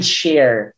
share